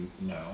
no